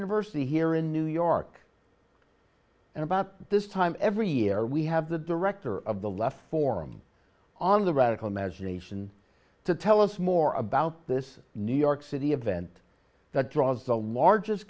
university here in new york and about this time every year we have the director of the left forum on the radical measures nation to tell us more about this new york city event that draws the largest